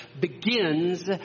begins